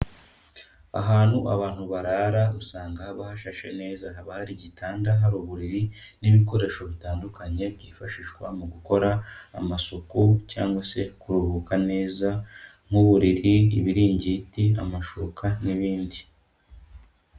Ahantu abantu barara usanga haba hashashe neza, haba hari igitanda, hari uburiri n'ibikoresho bitandukanye, byifashishwa mu gukora amasuku cyangwa se kuruhuka neza nk'uburiri, ibiringiti, amashuka n'ibindi.